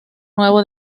nuevo